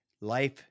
life